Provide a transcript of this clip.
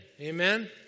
Amen